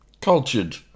cultured